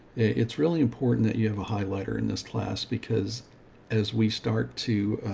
it's really important that you have a highlighter in this class because as we start to,